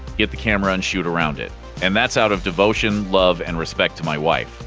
get the camera and shoot around it and that's out of devotion, love and respect to my wife.